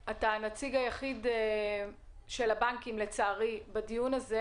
אתה הנציג היחיד של הבנקים, לצערי, בדיון הזה.